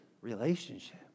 relationship